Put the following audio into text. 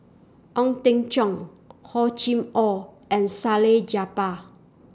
Ong Teng Cheong Hor Chim Or and Salleh Japar